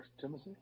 Timothy